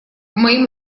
моим